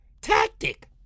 tactic